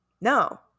No